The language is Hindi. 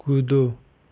कूदो